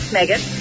Megan